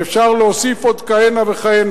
ואפשר להוסיף עוד כהנה וכהנה.